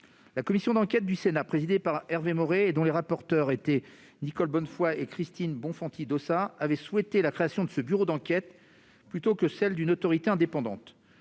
La commission d'enquête du Sénat, présidée par Hervé Maurey et dont les rapporteurs étaient Nicole Bonnefoy et Christine Bonfanti-Dossat, avait souhaité la création de ce bureau d'enquêtes plutôt que celle d'une autorité indépendante.